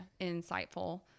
insightful